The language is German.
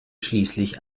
schließlich